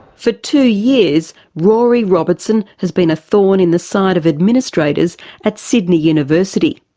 for two years rory robertson has been a thorn in the side of administrators at sydney university.